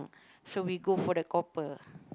so we go for the copper